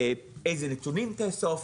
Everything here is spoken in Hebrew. איזה נתונים תאסוף,